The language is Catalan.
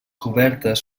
cobertes